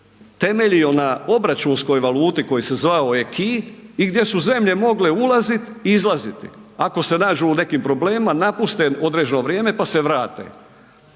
temeljio na obračunskoj valuti koji se zvao ACQUIS i gdje su zemlje mogle ulaziti i izlaziti, ako se nađu u nekim problemima napuste određeno vrijeme pa se vrate.